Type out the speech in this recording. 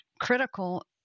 critical